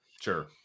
Sure